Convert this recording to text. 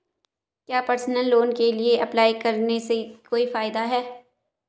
क्या personal loan के लिए ऑनलाइन अप्लाई करने से कोई फायदा है?